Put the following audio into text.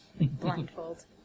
Blindfold